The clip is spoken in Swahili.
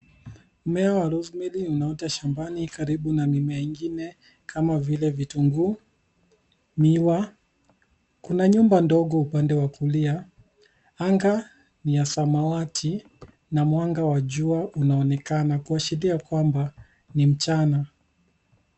Mmea wa rosemary unaota shambani karibu na mimea ingine kama vile vitunguu ,miwa . kuna nyumba ndogo upande wa kulia anga ni ya samawati na mwanga wa jua unaonekana kuashiria kwamba ni mchana.